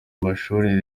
amashuri